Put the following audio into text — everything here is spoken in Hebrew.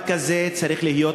המאבק הזה צריך להיות,